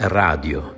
radio